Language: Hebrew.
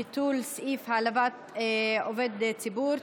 ביטול סעיף העלבת עובד ציבור),